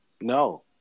No